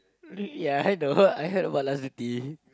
ya I know I heard about last duty